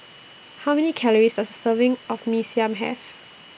How Many Calories Does A Serving of Mee Siam Have